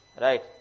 right